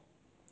A_M eh